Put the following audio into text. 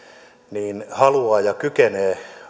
ja haluaa ja kykenee